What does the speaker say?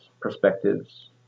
perspectives